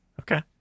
okay